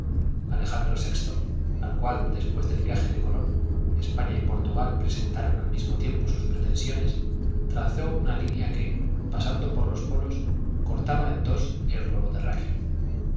alejandro vi al cual después del viaje de colón españa y portugal presentaron al mismo tiempo sus pretensiones trazó una línea que pasando por los polos cortaba en dos el globo terráqueo